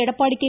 Edappadi K